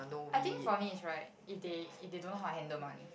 I think for me is right if they if they don't know how to handle money